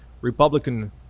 Republican